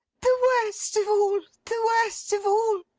the worst of all, the worst of all!